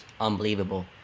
unbelievable